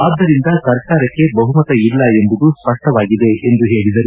ಆದ್ದರಿಂದ ಸರ್ಕಾರಕ್ಕೆ ಬಹುಮತ ಇಲ್ಲ ಎಂಬುದು ಸ್ಪಷ್ಟವಾಗಿದೆ ಎಂದು ಹೇಳಿದರು